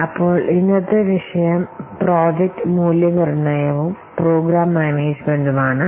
അപ്പോൾ ഇന്നത്തെ വിഷയം പ്രോജക്ട് മൂല്യനിർണയവും പ്രോഗ്രാം മാനേജ്മെന്റും ആണ്